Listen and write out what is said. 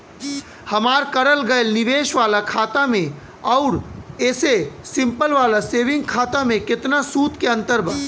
हमार करल गएल निवेश वाला खाता मे आउर ऐसे सिंपल वाला सेविंग खाता मे केतना सूद के अंतर बा?